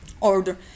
order